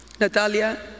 Natalia